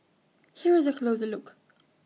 here is A closer look